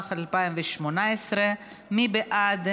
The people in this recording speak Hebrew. התשע"ח 2018. מי בעד?